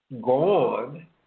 gone